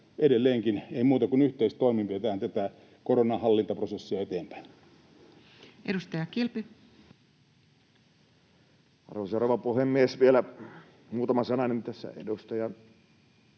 edelleenkin: ei muuta kuin yhteistoimin viedään tätä koronanhallintaprosessia eteenpäin. Edustaja Kilpi. Arvoisa rouva puhemies! Vielä muutama sananen tässä edustaja